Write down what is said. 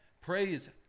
Praise